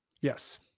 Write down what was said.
Yes